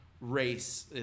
race